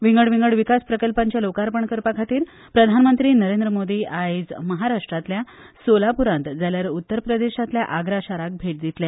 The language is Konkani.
विंगड विंगड विकास प्रकल्पांचे लोकार्पण करपा खातीर प्रधानमंत्री नरेंद्र मोदी आयज महाराष्ट्रातल्या सोलापूरात जाल्यार उत्तरप्रदेशातल्या आग्रा शाराक भेट दितले